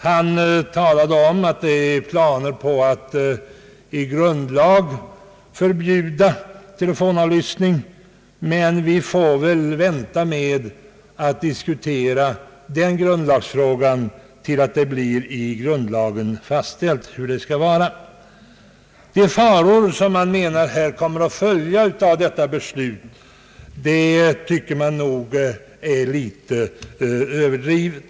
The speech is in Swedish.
Han talade om planerna på att i grundlag förbjuda telefonavlyssning, men vi får väl vänta med att diskutera den grundlagsfrågan tills den blir aktuell. Det får först i grundlagen bli fastställt om detta ska vara en grundlagsfråga eller inte. De faror som skulle komma att följa av detta beslut är nog litet överdrivna.